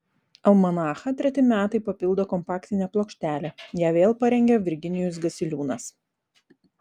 almanachą treti metai papildo kompaktinė plokštelė ją vėl parengė virginijus gasiliūnas